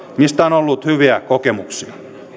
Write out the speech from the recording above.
mistä on on ollut hyviä kokemuksia